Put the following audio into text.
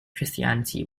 christianity